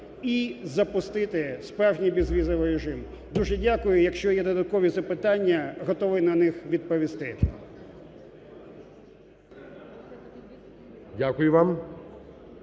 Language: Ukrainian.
і запустити справжній безвізовий режим. Дякую. Якщо є додаткові запитання, готовий на них відповісти.